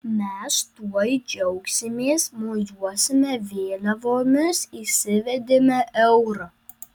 mes tuoj džiaugsimės mojuosime vėliavomis įsivedėme eurą